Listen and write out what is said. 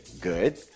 good